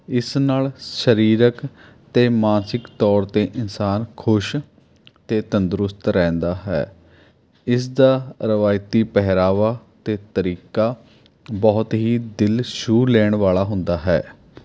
ਇਸ ਨਾਲ਼ ਸਰੀਰਕ ਅਤੇ ਮਾਨਸਿਕ ਤੌਰ 'ਤੇ ਇਨਸਾਨ ਖੁਸ਼ ਅਤੇ ਤੰਦਰੁਸਤ ਰਹਿੰਦਾ ਹੈ ਇਸਦਾ ਰਵਾਇਤੀ ਪਹਿਰਾਵਾ ਅਤੇ ਤਰੀਕਾ ਬਹੁਤ ਹੀ ਦਿਲ ਛੂਹ ਲੈਣ ਵਾਲਾ ਹੁੰਦਾ ਹੈ